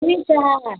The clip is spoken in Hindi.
ठीक है